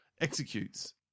executes